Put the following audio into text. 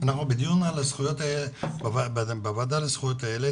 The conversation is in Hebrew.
אנחנו בדיון בוועדה לזכויות הילד